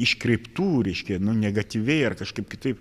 iškreiptų reiškia nu negatyviai ar kažkaip kitaip